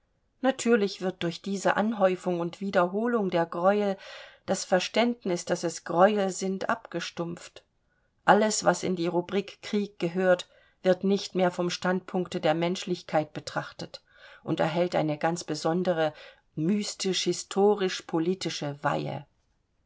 natürlich wird durch diese aufhäufung und wiederholung der greuel das verständnis daß es greuel sind abgestumpft alles was in die rubrik krieg gehört wird nicht mehr vom standpunkte der menschlichkeit betrachtet und erhält eine ganz besondere mystisch historisch politische weihe